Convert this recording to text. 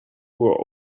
were